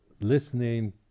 listening